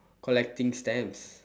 collecting stamps